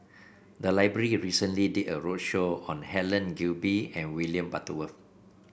the library recently did a roadshow on Helen Gilbey and William Butterworth